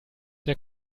der